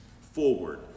forward